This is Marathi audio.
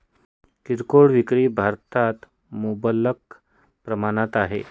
किरकोळ विक्री भारतात मुबलक प्रमाणात आहे